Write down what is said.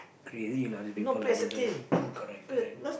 crazy lah other people like uh correct correct